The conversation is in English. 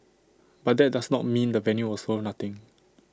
but that does not mean the venue was worth nothing